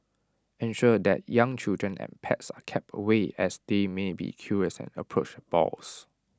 ensure that young children and pets are kept away as they may be curious and approach the boars